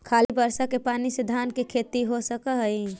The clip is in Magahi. खाली बर्षा के पानी से धान के खेती हो सक हइ?